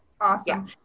Awesome